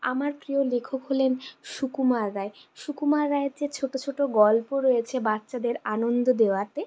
আমার প্রিয় লেখক হলেন সুকুমার রায় সুকুমার রায়ের যে ছোটো ছোটো গল্প রয়েছে বাচ্চাদের আনন্দ দেওয়াতে